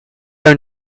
aunc